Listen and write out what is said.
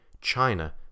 China